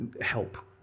help